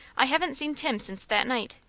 i haven't seen tim since that night.